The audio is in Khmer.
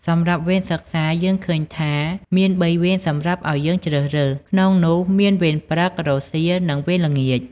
សម្រាប់វេនសិក្សា យើងឃើញថាមាន បីវេនសម្រាប់អោយយើងជ្រើសរើស ក្នុងនោះមានវេន ព្រឹក រសៀល និងវេនល្ងាច។